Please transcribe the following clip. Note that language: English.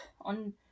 on